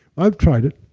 i've tried it,